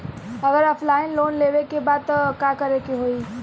अगर offline loan लेवे के बा त का करे के होयी?